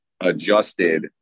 adjusted